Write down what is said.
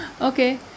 okay